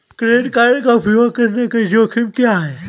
Credit card का उपयोग करने के जोखिम क्या हैं?